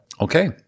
okay